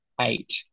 eight